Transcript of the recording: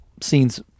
scenes